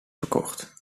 verkocht